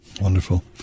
Wonderful